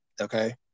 Okay